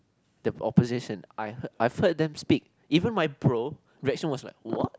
the opposition I heard I've heard them speak even my bro reaction was like what